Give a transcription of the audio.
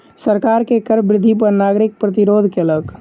सरकार के कर वृद्धि पर नागरिक प्रतिरोध केलक